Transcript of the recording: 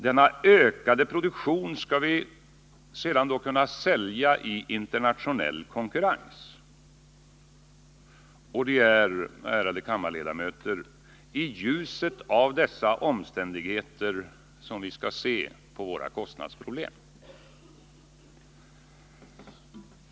Denna ökade produktion skall vi sedan kunna sälja i internationell konkurrens. Det är, ärade kammarledamöter, i ljuset av dessa omständigheter vi skall se på våra kostnadsproblem.